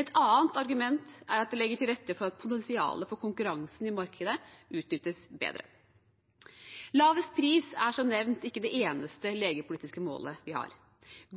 Et annet argument er at det legger til rette for at potensialet for konkurranse i markedet utnyttes bedre. Lavest pris er som nevnt ikke det eneste legemiddelpolitiske målet vi har.